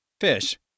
Fish